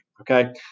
Okay